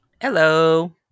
Hello